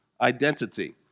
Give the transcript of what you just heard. identity